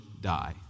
die